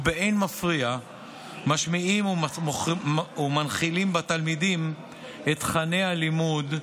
ובאין מפריע משמיעים ומנחילים בתלמידים את תוכני הלימוד,